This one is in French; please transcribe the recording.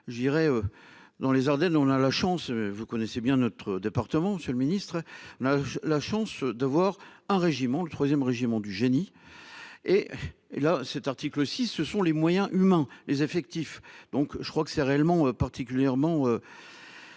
je dirais. Dans les Ardennes, on a la chance, vous connaissez bien notre département. Monsieur le Ministre, n'a la chance de voir un régiment, le 3ème régiment du génie. Et et là cet article si ce sont les moyens humains, les effectifs. Donc je crois que c'est réellement particulièrement.